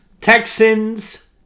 Texans